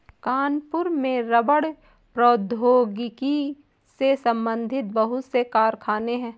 कानपुर में रबड़ प्रौद्योगिकी से संबंधित बहुत से कारखाने है